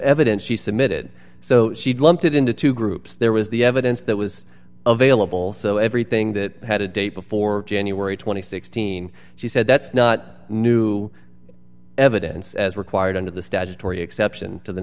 evidence she submitted so she'd lumped it into two groups there was the evidence that was available so everything that had a date before january two thousand and sixteen she said that's not new evidence as required under the statutory exception to the